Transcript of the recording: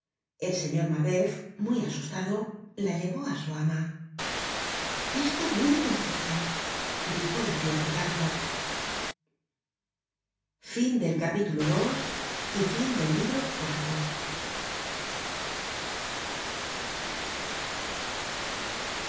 el señor mabeuf muy asustado la llevó á su ama esto viene del cielo dijo la tia plutarco